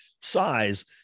size